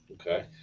okay